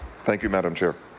thank you, madam chair.